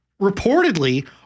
reportedly